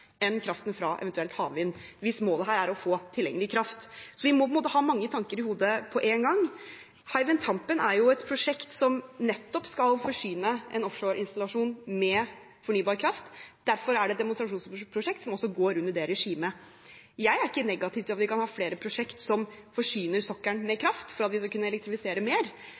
enn kraften fra f.eks. havvind hvis målet er å få tilgjengelig kraft. Så vi må ha mange tanker i hodet på én gang. Hywind Tampen er et prosjekt som nettopp skal forsyne en offshoreinstallasjon med fornybar kraft, derfor er det et demonstrasjonsprosjekt som også går under det regimet. Jeg er ikke negativ til at vi kan ha flere prosjekt som forsyner sokkelen med kraft for at vi skal kunne elektrifisere mer,